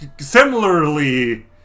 similarly